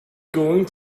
going